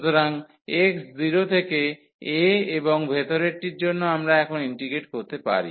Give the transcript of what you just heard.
সুতরাং x 0 থেকে a এবং ভেতরেরটির জন্য আমরা এখন ইন্টিগ্রেট করতে পারি